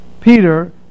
Peter